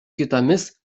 kitomis